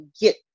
get